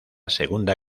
segunda